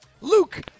Luke